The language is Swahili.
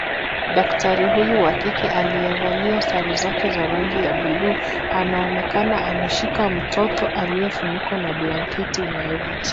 Daktari huyu wa kike aliyevalia sare zake za rangi ya buluu anaonekana ameshika mtoto aliyefunikwa na blanketi inayovutia.